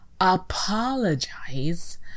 apologize